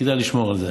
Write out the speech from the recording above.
כדאי לשמור על זה.